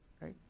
right